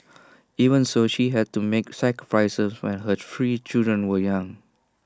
even so she has had to make sacrifices when her three children were young